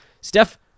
Steph